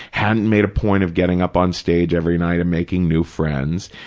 hadn't made a point of getting up on stage every night and making new friends,